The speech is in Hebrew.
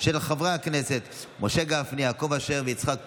של חברי הכנסת משה גפני, יעקב אשר ויצחק פינדרוס.